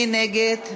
מי נגד?